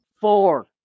four